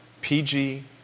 PG